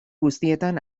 guztietan